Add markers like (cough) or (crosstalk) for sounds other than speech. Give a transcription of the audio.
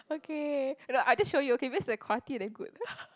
okay I just show you okay because the quality damn good (laughs)